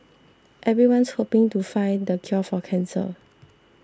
everyone's hoping to find the cure for cancer